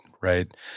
right